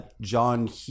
John